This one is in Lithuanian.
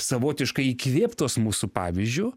savotiškai įkvėptos mūsų pavyzdžiu